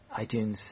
iTunes